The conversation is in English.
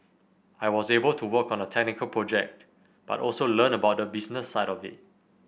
I was able to work on a technical project but also learn about the business side of it